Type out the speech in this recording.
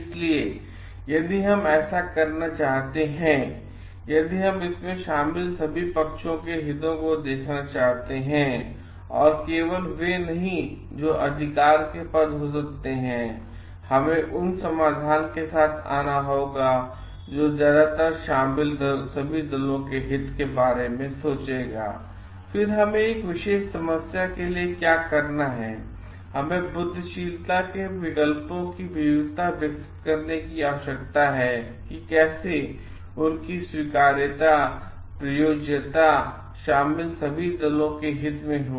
इसलिए यदि हम ऐसा करना चाहते हैं यदि हम इसमें शामिल सभी पक्षों के हितों को देखना चाहते हैं और केवल वे नहीं जो अधिकार के पद हो सकते हैं और हमें उस समाधान के साथ आना होगा जो ज्यादातर शामिल सभी दलों के हित के बारे में सोचेगा फिर हमें एक विशेष समस्या के लिए क्या करना है हमें बुद्धिशीलता के लिए विकल्पों की विविधता विकसित करने की आवश्यकता है कि कैसे उनकी स्वीकार्यता प्रयोज्यता शामिल सभी दलों के हित में हो